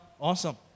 awesome